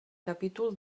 capítol